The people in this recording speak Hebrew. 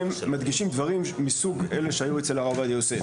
מדגישים דברים מסוג אלה שהיו אצל הרב עובדיה יוסף.